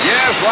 Yes